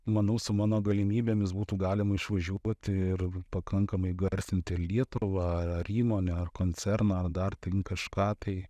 manau su mano galimybėmis būtų galima išvažiuot ir pakankamai garsinti lietuvą ar įmonę ar koncerną dar ten kažką tai